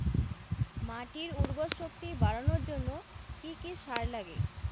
মাটির উর্বর শক্তি বাড়ানোর জন্য কি কি সার লাগে?